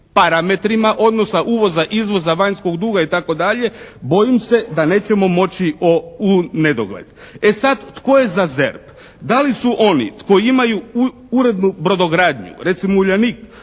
parametrima odnosa uvoza, izvoza, vanjskog duga i tako dalje bojim se da nećemo moći o, u nedogled. E sad tko je za ZERP? Da li su oni koji imaju urednu brodogradnju? Recimo «Uljanik»